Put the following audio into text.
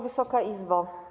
Wysoka Izbo!